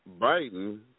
Biden